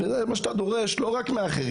וזה מה שאתה דורש לא רק מאחרים,